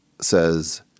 says